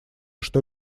что